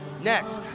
Next